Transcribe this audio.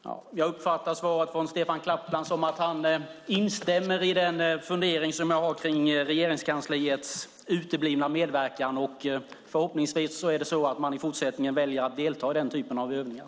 Fru talman! Jag uppfattar svaret från Stefan Caplan som att han instämmer i den fundering som jag har kring Regeringskansliets uteblivna medverkan. Förhoppningsvis väljer man i fortsättningen att delta i den typen av övningar.